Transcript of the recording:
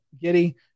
Giddy